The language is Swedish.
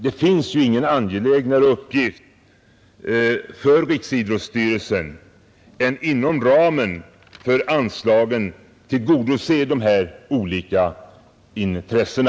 Det finns ju ingen angelägnare uppgift för riksidrottsstyrelsen än att inom ramen för anslagen tillgodose dessa olika intressen.